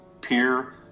peer